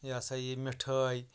یہِ ہَسا یہِ مِٹھٲے